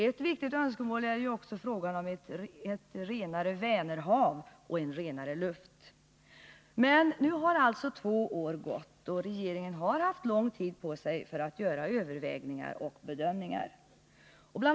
Ett viktigt önskemål är ju också ett renare Vänerhav och en renare luft. Men nu har två år gått, och regeringen har haft lång tid på sig för överväganden och bedömningar. Bl.